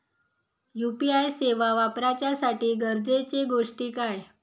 UPI सेवा वापराच्यासाठी गरजेचे गोष्टी काय?